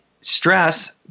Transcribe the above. stress